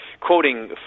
quoting